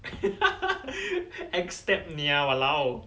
act step nia !walao!